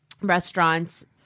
restaurants